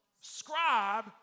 scribe